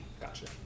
Gotcha